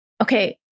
okay